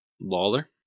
Lawler